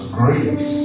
grace